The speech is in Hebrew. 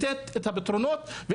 פתרונות.